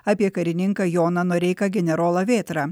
apie karininką joną noreiką generolą vėtrą